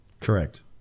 correct